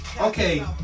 okay